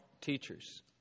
teachers